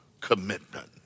commitment